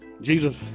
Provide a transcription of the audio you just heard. Jesus